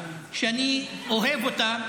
שאני אוהב אותה,